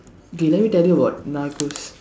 okay let me tell you about Narcos